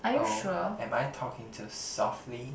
oh am I talking too softly